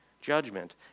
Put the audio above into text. judgment